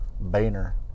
Boehner